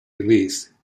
release